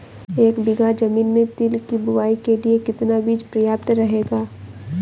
एक बीघा ज़मीन में तिल की बुआई के लिए कितना बीज प्रयाप्त रहेगा?